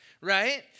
right